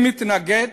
מי מתנגד?